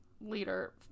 leader